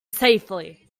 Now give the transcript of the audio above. safely